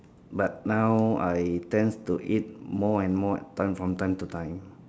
but now I tend to eat more and more time from time to time